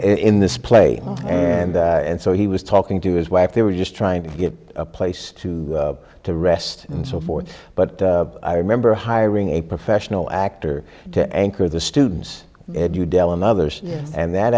in this play and so he was talking to his wife they were just trying to get a place to to rest and so forth but i remember hiring a professional actor to anchor the students dell and others and that